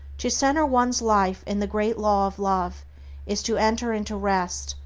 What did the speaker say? to center one's life in the great law of love is to enter into rest,